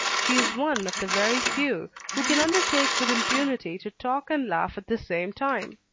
she is one of the very few who can undertake with impunity to talk and laugh at the same time.